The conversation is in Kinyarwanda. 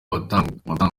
batunganya